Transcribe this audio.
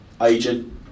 agent